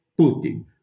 Putin